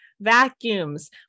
vacuums